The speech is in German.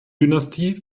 dynastie